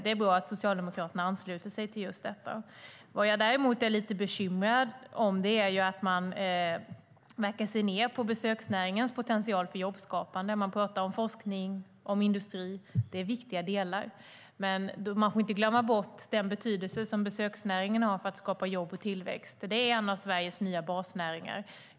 Det är bra att Socialdemokraterna ansluter sig till detta. Vad jag däremot är lite bekymrad för är att man verkar se ned på besöksnäringens potential för jobbskapande. Man pratar om forskning och industri, och det är viktiga delar, men man får inte glömma den betydelse som besöksnäringen har för att skapa jobb och tillväxt. Det är en av Sveriges nya basnäringar.